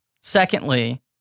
Secondly